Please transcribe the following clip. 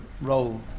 role